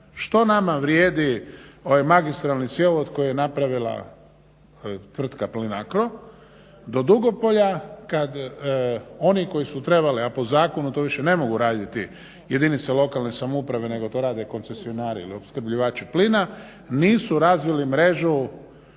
Što nama vrijedi magistralni cjevovod koji je napravila tvrtka Plinacro do Dugopolja kada oni koji su trebali a po zakonu to više ne mogu raditi jedinice lokalne samouprave nego to rade koncesionari ili opskrbljivači plina nisu razvili mrežu